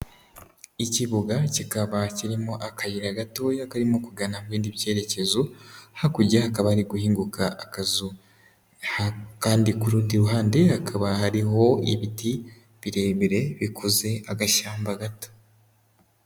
Ikibuga kikaba kirimo akayira gatoya karimo kugana mu bindi byerekezo, hakurya hakaba hari guhinguka akazu, kandi ku rundi ruhande hakaba hariho ibiti birebire bikoze agashyamba gato.